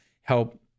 help